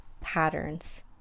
patterns